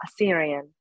Assyrian